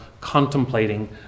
contemplating